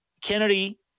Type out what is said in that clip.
Kennedy